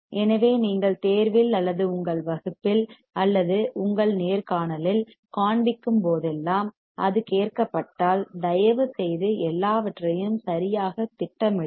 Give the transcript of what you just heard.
எனவே நீங்கள் தேர்வில் அல்லது உங்கள் வகுப்பில் அல்லது உங்கள் நேர்காணலில் காண்பிக்கும் போதெல்லாம் அது கேட்கப்பட்டால் தயவுசெய்து எல்லாவற்றையும் சரியாகத் திட்டமிடுங்கள்